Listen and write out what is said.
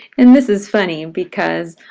and this is funny because,